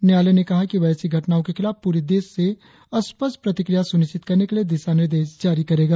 न्यायालय ने कहा कि वह ऐसी घटनाओं के खिलाफ प्रे देश से स्पष्ट प्रतिक्रिया सुनिश्चित करने के लिए दिशा निर्देश जारी करेगा